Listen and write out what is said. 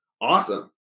Awesome